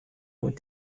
what